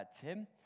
Tim